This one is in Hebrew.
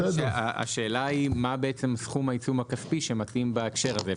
השאלה היא מה סכום העיצום הכספי שמתאים בהקשר הזה.